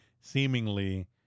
seemingly